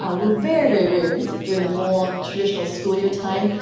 ah we're very, very, very busy during the whole traditional school year time.